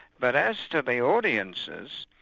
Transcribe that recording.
but as to the audiences,